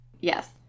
Yes